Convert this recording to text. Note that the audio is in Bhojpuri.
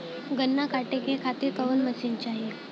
गन्ना कांटेके खातीर कवन मशीन चाही?